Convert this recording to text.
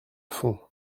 fond